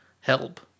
help